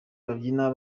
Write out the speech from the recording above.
babyine